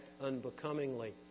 unbecomingly